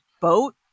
boat